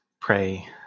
pray